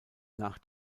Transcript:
nach